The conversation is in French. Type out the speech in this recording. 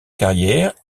carrière